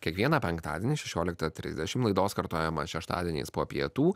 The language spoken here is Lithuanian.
kiekvieną penktadienį šešioliktą trisdešimt laidos kartojama šeštadieniais po pietų